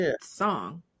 song